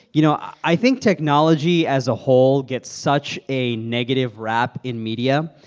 you know, i think technology as a whole gets such a negative rap in media.